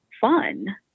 fun